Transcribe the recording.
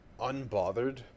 unbothered